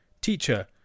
Teacher